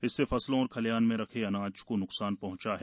इससे फसलों और खलिहान में रखे अनाज को न्कसान पहंचा है